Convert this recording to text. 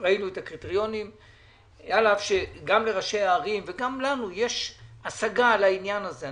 על אף שגם לראשי הערים וגם לנו יש השגה על הנושא הזה.